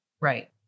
Right